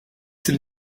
sind